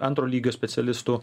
antro lygio specialistų